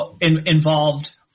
involved